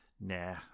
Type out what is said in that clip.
Nah